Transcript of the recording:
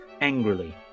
angrily